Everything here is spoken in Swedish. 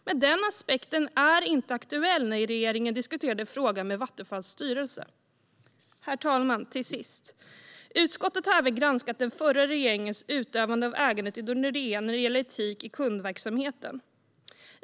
Men den aspekten var inte aktuell när regeringen diskuterade frågan med Vattenfalls styrelse. Herr talman! Utskottet har även granskat den förra regeringens utövande av ägandet i Nordea avseende etik i kundverksamheten.